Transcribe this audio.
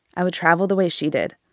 i would travel the way she did.